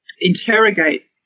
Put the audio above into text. interrogate